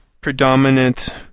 predominant